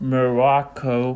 Morocco